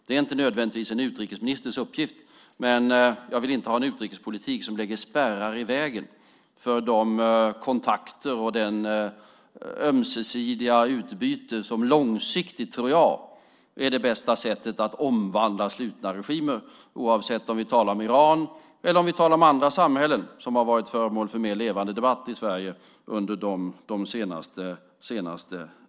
Det är inte nödvändigtvis en utrikesministers uppgift, men jag vill inte ha en utrikespolitik som lägger spärrar i vägen för de kontakter och det ömsesidiga utbyte som långsiktigt, tror jag, är det bästa sättet att omvandla slutna regimer, oavsett om vi talar om Iran eller om vi talar om andra samhällen som har varit föremål för en mer levande debatt i Sverige under de senaste dagarna.